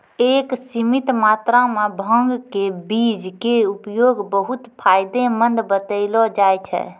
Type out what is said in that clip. एक सीमित मात्रा मॅ भांग के बीज के उपयोग बहु्त फायदेमंद बतैलो जाय छै